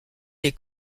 les